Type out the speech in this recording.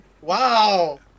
Wow